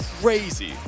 crazy